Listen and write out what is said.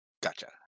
Gotcha